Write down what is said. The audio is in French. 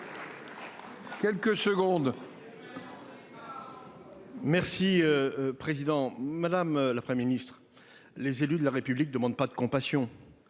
Quelques secondes.